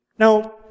Now